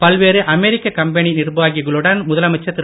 பல்வேறு அமெரிக்க கம்பெனி நிர்வாகிகளுடன் முதலமைச்சர் திரு